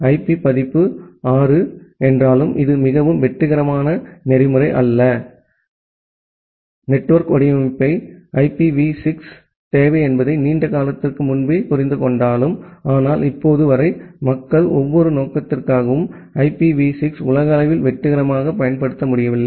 IP பதிப்பு 6 என்றாலும் இது மிகவும் வெற்றிகரமான புரோட்டோகால் அல்ல நெட்வொர்க் வடிவமைப்பு ஐபிவி 6 தேவை என்பதை நீண்ட காலத்திற்கு முன்பே புரிந்து கொண்டாலும் ஆனால் இப்போது வரை மக்கள் ஒவ்வொரு நோக்கத்திற்காகவும் ஐபிவி 6 ஐ உலகளவில் வெற்றிகரமாக பயன்படுத்த முடியவில்லை